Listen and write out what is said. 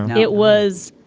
it was,